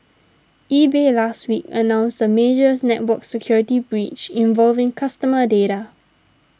eBay last week announced a major network security breach involving customer data